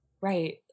Right